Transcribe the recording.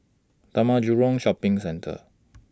Taman Jurong Shopping Centre